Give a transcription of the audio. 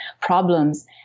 problems